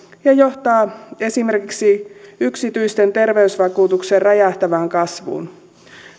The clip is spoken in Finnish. ja se johtaa esimerkiksi yksityisten terveysvakuutusten räjähtävään kasvuun